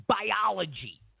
biology